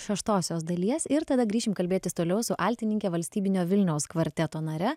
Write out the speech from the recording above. šeštosios dalies ir tada grįšim kalbėtis toliau su altininke valstybinio vilniaus kvarteto nare